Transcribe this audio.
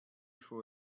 for